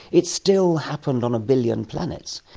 it's still happened on a billion planets,